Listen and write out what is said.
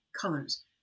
colors